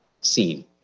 seen